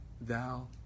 thou